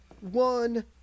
one